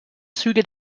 züge